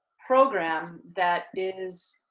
program that is